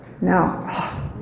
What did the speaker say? no